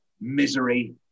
Misery